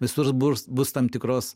visur bus bus tam tikros